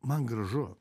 man gražu